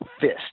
fist